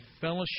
fellowship